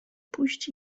pójść